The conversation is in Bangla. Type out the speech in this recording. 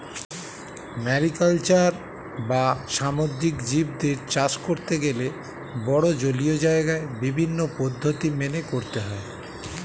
ম্যারিকালচার বা সামুদ্রিক জীবদের চাষ করতে গেলে বড়ো জলীয় জায়গায় বিভিন্ন পদ্ধতি মেনে করতে হয়